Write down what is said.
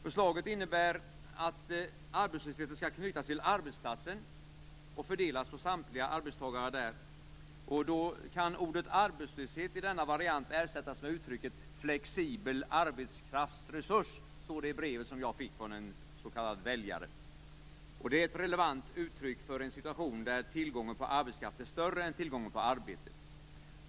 Förslaget innebär att arbetslösheten skall knytas till arbetsplatsen och fördelas på samtliga arbetstagare där. Ordet arbetslöshet kan i denna variant ersättas med flexibel arbetskraftsresurs, står det i brevet som jag fick från en s.k. väljare. Det är ett relevant uttryck för en situation där tillgången på arbetskraft är större än tillgången på arbete.